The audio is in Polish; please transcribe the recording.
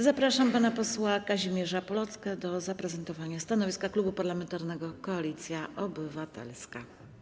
Zapraszam pana posła Kazimierza Plocke do zaprezentowania stanowiska Klubu Parlamentarnego Koalicja Obywatelska.